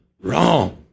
wrong